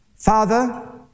Father